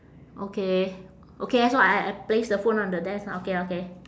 okay okay so I I place the phone on the desk ah okay okay